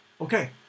okay